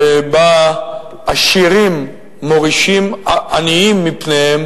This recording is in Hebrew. שעשירים מורישים עניים מפניהם